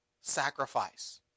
sacrifice